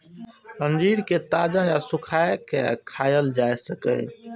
अंजीर कें ताजा या सुखाय के खायल जा सकैए